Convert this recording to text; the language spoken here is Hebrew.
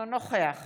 כל זה היה היסטוריה.